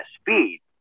speed